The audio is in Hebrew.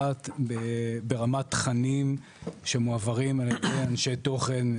ברמת תכנים שמועברים על ידי אנשי תוכן.